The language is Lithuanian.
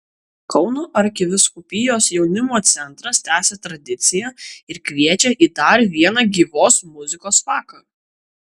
kauno arkivyskupijos jaunimo centras tęsia tradiciją ir kviečią į dar vieną gyvos muzikos vakarą